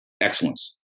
excellence